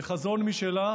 חזון משלה,